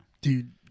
dude